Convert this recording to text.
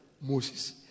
Moses